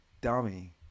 dummy